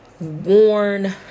worn